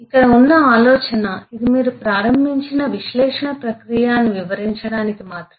ఇక్కడ ఉన్న ఆలోచన ఇది మీరు ప్రారంభించిన విశ్లేషణ ప్రక్రియ అని వివరించడానికి మాత్రమే